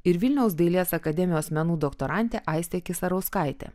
ir vilniaus dailės akademijos menų doktorantė aistė kisarauskaitė